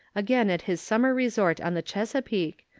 again at his summer resort on the chesapeake,